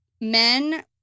men